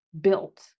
built